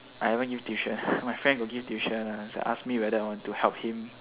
I never give tuition my friend got give tuition ask me whether I want to help him